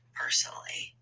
personally